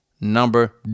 number